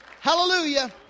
Hallelujah